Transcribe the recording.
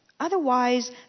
Otherwise